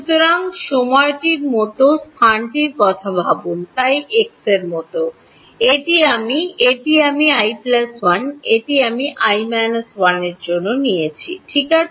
সুতরাং সময়টির মতো স্থানটির কথা ভাবুন এই এক্স এর মতো এটি আমি এটি আমি i1 এটি আমি i 1 ঠিক আছে